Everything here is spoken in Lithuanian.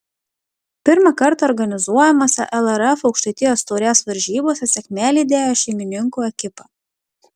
pirmą kartą organizuojamose lrf aukštaitijos taurės varžybose sėkmė lydėjo šeimininkų ekipą